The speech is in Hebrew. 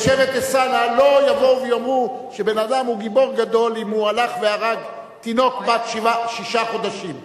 לא יבואו ויאמרו שאדם הוא גיבור גדול אם הלך והרג תינוק בן שישה חודשים.